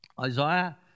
Isaiah